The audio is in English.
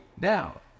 Now